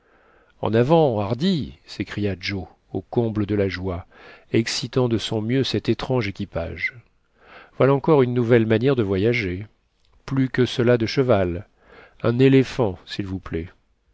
en avant hardi s'écria joe au comble de la joie excitant de son mieux cet étrange équipage voilà encore une nouvelle manière de voyager plus que cela de cheval un éléphant s'il vous plaît